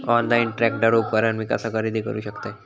Online tractor उपकरण मी कसा खरेदी करू शकतय?